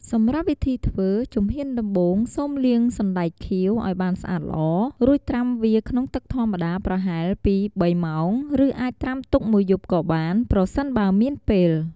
សម្រាប់វិធីធ្វើ ជំហានដំបូងសូមលាង សណ្ដែកខៀវ ឱ្យបានស្អាតល្អ រួចត្រាំវាក្នុងទឹកធម្មតាប្រហែល ២-៣ ម៉ោង ឬអាចត្រាំទុកមួយយប់ក៏បាន ប្រសិនបើមានពេល។